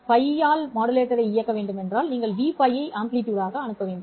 π இல் மாடுலேட்டரை இயக்க உங்கள் வீச்சு Vπ ஆக இருக்க வேண்டும்